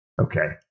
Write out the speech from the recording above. Okay